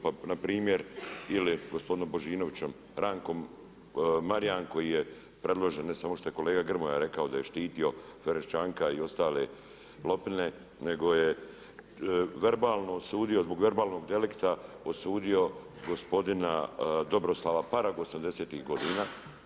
Pa npr. ili je gospodinom Božinovićem Rankom, Marijan koji je predložen, ne samo što je kolega Grmoja rekao da je štitio Ferenčaka i ostale lopine, nego je verbalno osudio, zbog verbalnog delikta osudio gospodina Dobroslava Paraga '80-tih godina.